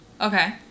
okay